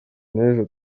n’ejo